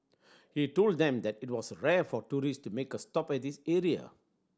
he told them that it was rare for tourist to make a stop at this area